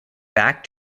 back